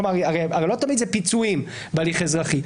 הרי לא תמיד אלה פיצויים בהליך אזרחי.